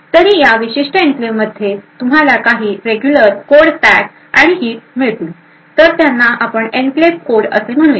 तरी या विशिष्ट एन्क्लेव मध्ये तुम्हाला काही रेग्युलर कोड स्टॅक आणि हिप मिळतील तर त्यांना आपण एन्क्लेव कोड असे म्हणूया